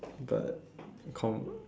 but confirm